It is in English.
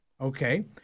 Okay